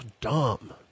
dumb